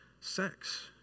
sex